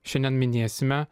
šiandien minėsime